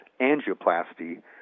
angioplasty